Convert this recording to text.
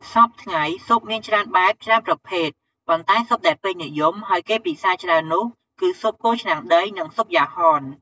សព្វថ្ងៃ ស៊ុបមានច្រើនបែប ច្រើនប្រភេទ ប៉ុន្តែស៊ុបដែលពេញនិយម ហើយគេពិសាច្រើននោះគឺស៊ុបគោឆ្នាំងដី និងស៊ុបយ៉ាហន។